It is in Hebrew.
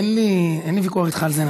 אין לי ויכוח איתך על זה,